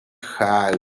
hug